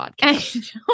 podcast